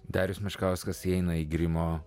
darius meškauskas įeina į grimo